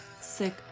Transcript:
Sick